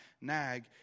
nag